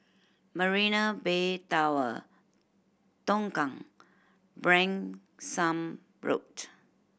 Marina Bay Tower Tongkang Branksome Road